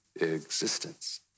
existence